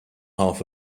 half